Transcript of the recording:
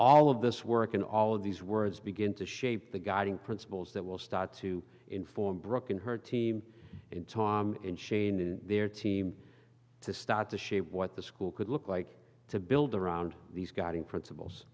all of this work and all of these words begin to shape the guiding principles that will start to inform brooke and her team in tom and shane and their team to start to shape what the school could look like to build around these guiding principles